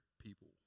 people